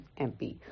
MP